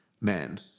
men